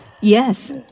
Yes